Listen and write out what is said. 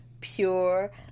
pure